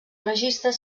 registres